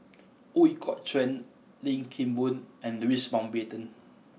Ooi Kok Chuen Lim Kim Boon and Louis Mountbatten